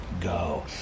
go